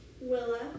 Willa